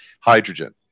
Hydrogen